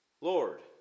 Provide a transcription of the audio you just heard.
Lord